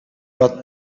but